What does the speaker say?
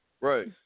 Right